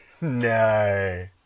No